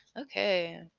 Okay